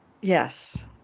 Yes